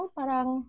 parang